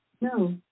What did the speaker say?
No